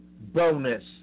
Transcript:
bonus